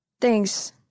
Thanks